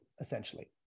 essentially